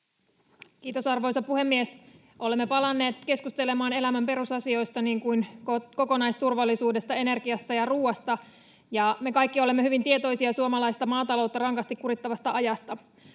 Kiitos, arvoisa puhemies! Olemme palanneet keskustelemaan elämän perusasioista, niin kuin kokonaisturvallisuudesta, energiasta ja ruuasta, ja me kaikki olemme hyvin tietoisia suomalaista maataloutta rankasti kurittavasta ajasta.